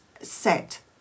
set